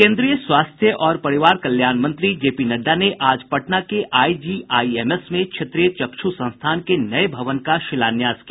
केन्द्रीय स्वास्थ्य और परिवार कल्याण मंत्री जेपी नड्डा ने आज पटना के आईजीआईएमएस में क्षेत्रीय चक्षु संस्थान के नये भवन का शिलान्यास किया